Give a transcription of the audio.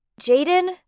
Jaden